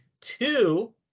two